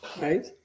right